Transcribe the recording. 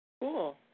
Cool